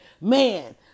man